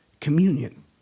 communion